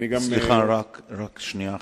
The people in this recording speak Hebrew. סליחה, רק שנייה אחת.